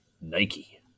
Nike